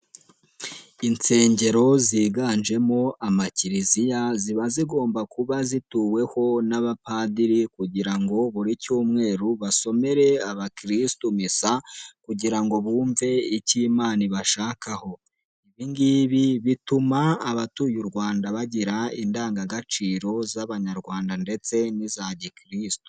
Insengero ziganjemo ama kiliziya, ziba zigomba kuba zituweho n'abapadiri kugira ngo buri cyumweru basomere abakirisitu misa kugira ngo bumve icyo Imana ibashakaho, ibi ngibi bituma abatuye u Rwanda bagira indangagaciro z'abanyarwanda ndetse n'iza gikirisitu.